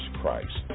Christ